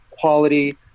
quality